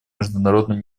международным